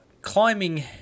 climbing